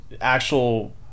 actual